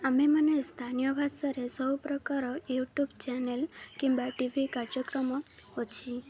ଆମେମାନେ ସ୍ଥାନୀୟ ଭାଷାରେ ସବୁ ପ୍ରକାର ୟୁଟ୍ୟୁବ୍ ଚ୍ୟାନେଲ୍ କିମ୍ବା ଟିଭି କାର୍ଯ୍ୟକ୍ରମ ଅଛି